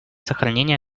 сохранении